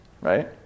right